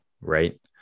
Right